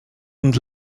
und